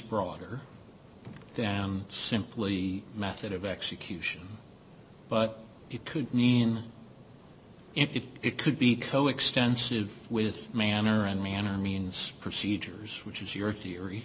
broader down simply method of execution but it could mean it could be coextensive with manner and manner means procedures which is your theory